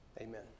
Amen